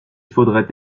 faudrait